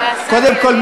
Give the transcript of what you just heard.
קודם כול,